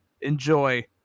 enjoy